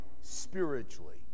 spiritually